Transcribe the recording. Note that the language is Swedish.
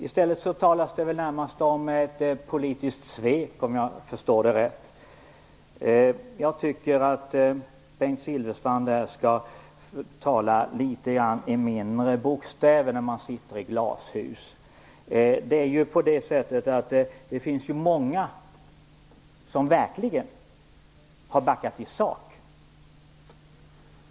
I stället talas det närmast om ett politiskt svek, om jag förstår det rätt. Jag tycker att Bengt Silfverstrand skall tala med litet mindre bokstäver när han sitter i glashus. Det finns ju många som verkligen har backat i sak.